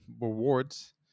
rewards